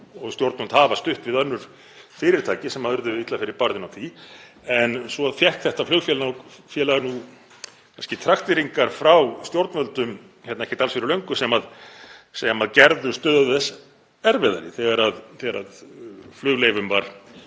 og stjórnvöld hafa stutt við önnur fyrirtæki sem urðu illa fyrir barðinu á því. En svo fékk þetta flugfélag nú kannski trakteringar frá stjórnvöldum ekki alls fyrir löngu sem gerðu stöðu þess erfiðari, þegar flugleyfum var